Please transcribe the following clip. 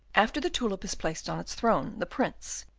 after the tulip is placed on its throne, the prince,